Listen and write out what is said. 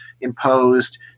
imposed